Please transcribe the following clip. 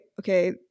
Okay